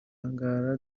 ngara